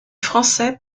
français